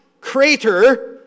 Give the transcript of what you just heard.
crater